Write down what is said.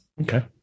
okay